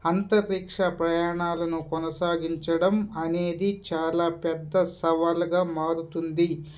అంతరిక్ష ప్రయాణాలను కొనసాగించడం అనేది చాలా పెద్ద సవాలుగా మారుతుంది